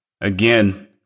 Again